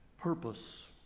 purpose